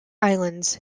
islands